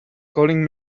calling